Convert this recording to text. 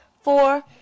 four